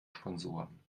sponsoren